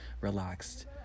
relaxed